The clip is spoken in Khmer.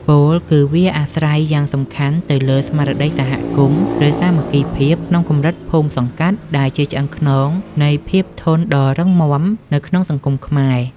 ពោលគឺវាអាស្រ័យយ៉ាងសំខាន់ទៅលើ ស្មារតីសហគមន៍ ឬសាមគ្គីភាពក្នុងកម្រិតភូមិសង្កាត់ ដែលជាឆ្អឹងខ្នងនៃភាពធន់ដ៏រឹងមាំនៅក្នុងសង្គមខ្មែរ។